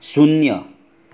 शून्य